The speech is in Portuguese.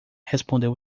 respondeu